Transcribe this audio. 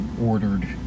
Ordered